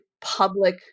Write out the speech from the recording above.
public